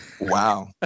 Wow